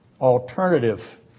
alternative